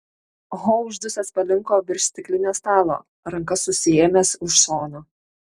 ho uždusęs palinko virš stiklinio stalo ranka susiėmęs už šono